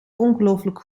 ongelooflijk